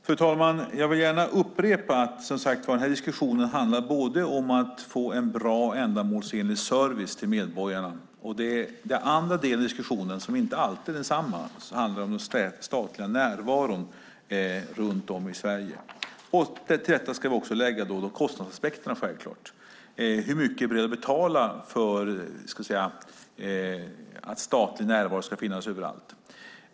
Fru talman! Jag vill upprepa att den här diskussionen handlar om att få en bra och ändamålsenlig service till medborgarna. En annan del av diskussionen handlar om den statliga närvaron runt om i Sverige; det är inte alltid samma sak. Till detta ska vi också lägga kostnadsaspekterna. Hur mycket är vi beredda att betala för att statlig närvaro ska finnas överallt?